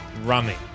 running